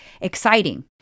exciting